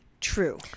true